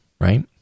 right